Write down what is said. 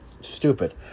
stupid